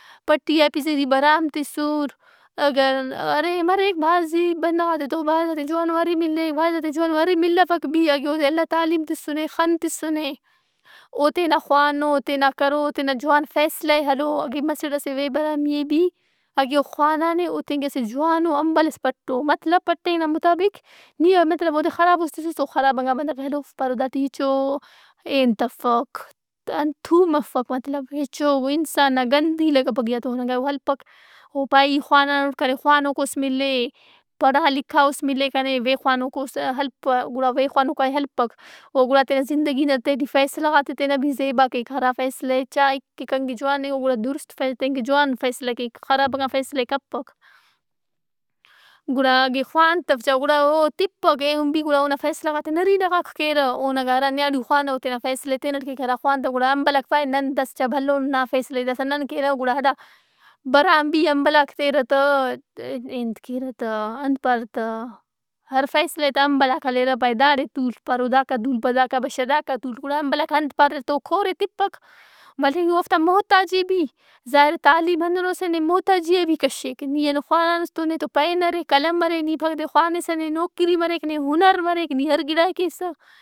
پٹیا ئے پجری برام تِسر۔ اگر ارہِ مریک بھازی بندغات ئے تو بھاز جوانو ارہِ ملک۔ بھازات ئے جوانو ارہِ ملکپک بھی اگہ اودے اللہ تعلیم تسنے، خن تسنے۔ او تینا خوانو، تیان کرو، تینا جوان فیصلہ ئے ہلو۔ اگہ مسڑ ئس اے وے برامی ئے بھی اگہ او خوانانے او تینکہ اسہ جوانو امبل ئس پٹّو۔ مطلب پٹنگ نا مطابق نی مطلب اودے خرابوس تِسُّس او خرابنگا بندغ ئے ہلوف پارو داٹی ہچو ئے انت افک انت تھوم افک مطلب ہچو انسان نا گند ہی لگپک ای آن تہ۔ اوہننگا ئے او ہلپک۔ او پائہہ ای خوانانٹ کنے خوانوکوس مِلّہِ۔ پڑھا لکھاؤس ملہِ کنے۔ بے خوانوکوس ہلپہ گڑا بے خوانوکائے ہلپک۔ او گڑا تینا زندگی نا تہٹی فیصلہ غات ئے تینا بھی زیب کیک۔ ہرا فیصلہ ئے چائک کہ کن کہ جوان اے او گڑا درست فیص- تین کہ جوانو فیصلہ کیک، خرابنگا فیصلہ ئے کپک۔ گڑا اگہ خوانتو چا گڑا او تپک۔ ایہن بھی گڑا اونا فیصلہ غات ئے نرینہ غاک کیرہ۔ اگہ ہرا نیاڑی خوانہ اوتینا فیصلہ ئے تینت کیک ہرا خوانتو گڑا امبلاک پائہہ نن داسا چا بھلون اُن، نا فیصلہ ئےداسا نن کینہ گڑا ہرا برام بھی امبلاک تیرہ تہ ۔ ت- انت- کیرہ تہ انت پارہ تہ ہر فیصلہ ئے تہ امبلاک ہلیرہ۔ پائہہ داڑے تُول۔ پارو داکا تولپہ۔ داکا بشہ۔ داکا تُول۔ گُڑا امبلاک انت پاریر تہ او کور اے تپک۔ مریک اوفتا محتاج اے بھی۔ ظاہر تعلیم ہندن اے نے محتاجی آ بھی کشک۔ نی اینو خوانانُس تو نے تو پین ارے، قلم ارے۔ نی باید خوانِسہ نے نوکری مریک۔ نے ہنر مریک۔ نی ہر گڑا کیسہ۔